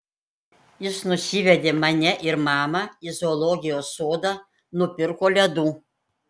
jis nusivedė mane ir mamą į zoologijos sodą nupirko ledų